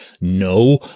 no